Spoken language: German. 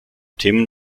themen